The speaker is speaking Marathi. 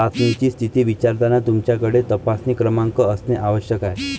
चाचणीची स्थिती विचारताना तुमच्याकडे तपासणी क्रमांक असणे आवश्यक आहे